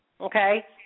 okay